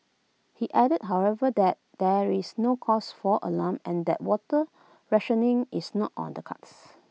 he added however that there is no cause for alarm and that water rationing is not on the cards